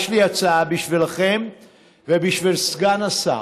יש לי הצעה בשבילכם ובשביל סגן השר: